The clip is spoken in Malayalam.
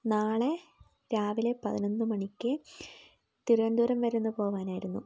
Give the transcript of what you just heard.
നാളെ രാവിലെ പതിനൊന്ന് മണിക്ക് തിരുവനന്തപുരം വരെ ഒന്നു പോവാനായിരുന്നു